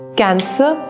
cancer